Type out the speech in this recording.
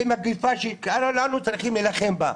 זו מגפה שכולנו צריכים להילחם בה.